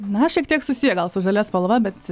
na šiek tiek susiję gal su žalia spalva bet